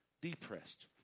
depressed